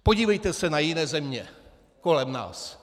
Podívejte se na jiné země kolem nás.